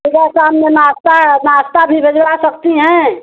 सुबह शाम में नास्ता नास्ता भी भिजवा सकती हैं